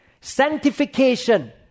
Sanctification